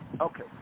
Okay